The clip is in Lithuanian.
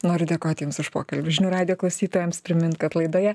noriu dėkoti jums už pokalbį žinių radijo klausytojams primint kad laidoje